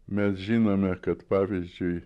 mes žinome kad pavyzdžiui